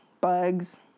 bugs